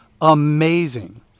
amazing